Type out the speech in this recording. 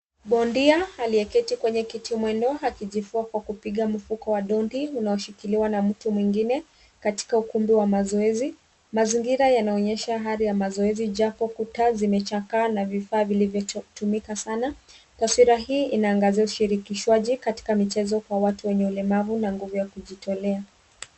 Bondia aliyeketi kwenye kiti mwendwa akijifua kwa kupiga mfuko wa dondi unaoshikiliwa na mtu mwingine katika ukumbi wa mazoezi. Mazingira yanaonyesha hali ya mazoezi japo kuta zimechakaa na vifaa vilivyotumika sana. Taswira hii inaangazia ushirikishwaji katika michezo kwa watu wenye ulemavu na wenye kujitolea.